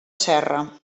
serra